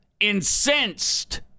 incensed